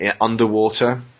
underwater